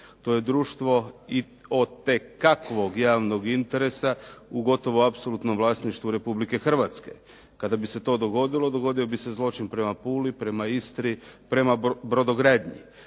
To je društvo i od itekakvog javnog interesa u gotovom apsolutnom vlasništvu Republike Hrvatske. Kada bi se to dogodilo, dogodio bi se zločin prema Puli, prema Istri, prema brodogradnji.